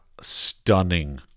stunning